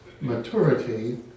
maturity